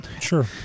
Sure